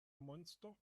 monster